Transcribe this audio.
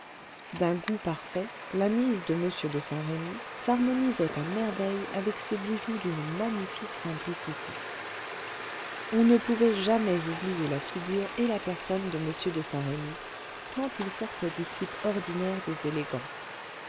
d'un goût parfait la mise de m de saint-remy s'harmonisait à merveille avec ce bijou d'une magnifique simplicité on ne pouvait jamais oublier la figure et la personne de m de saint-remy tant il sortait du type ordinaire des élégants